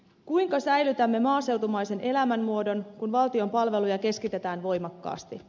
kuinka säilytämme maaseutumaisen elämänmuodon kun valtion palveluja keskitetään voimakkaasti